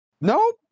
Nope